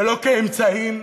ולא כעל אמצעים,